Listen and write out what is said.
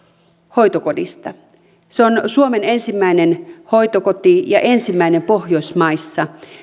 hoitokodista se on suomen ensimmäinen hoitokoti ja ensimmäinen pohjoismaissa